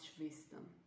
wisdom